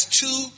two